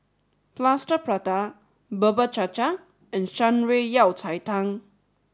Plaster Prata Bubur Cha Cha and Shan Rui Yao Cai Tang